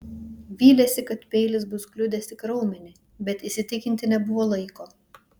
vylėsi kad peilis bus kliudęs tik raumenį bet įsitikinti nebuvo laiko